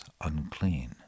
unclean